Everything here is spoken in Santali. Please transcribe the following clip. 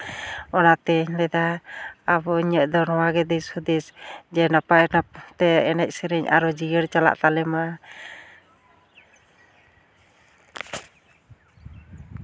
ᱚᱱᱟᱛᱮᱧ ᱞᱟᱹᱭᱫᱟ ᱟᱵᱚ ᱤᱧᱟᱹᱜ ᱫᱚ ᱱᱚᱣᱟ ᱜᱮ ᱫᱤᱥᱼᱦᱩᱫᱤᱥ ᱡᱮ ᱱᱟᱯᱟᱭᱛᱮ ᱮᱱᱮᱡ ᱥᱮᱨᱮᱧ ᱟᱨᱚ ᱡᱤᱭᱟᱹᱲ ᱪᱟᱞᱟᱜ ᱛᱟᱞᱮᱢᱟ